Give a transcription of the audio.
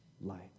light